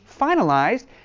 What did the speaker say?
finalized